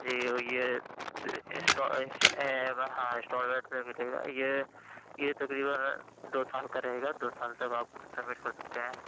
جی یہ ہاں اسٹالمنٹ میں ملے گا یہ یہ تقریباً دو سال کا رہے گا دو سال تک آپ کو سبمنٹ کر سکتے ہیں